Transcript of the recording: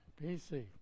P-C